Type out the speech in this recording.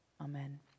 Amen